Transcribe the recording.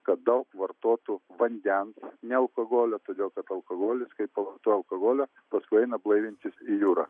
kad daug vartotų vandens ne alkoholio todėl kad alkoholis kai pavartoja alkoholio paskui eina blaivintis į jūrą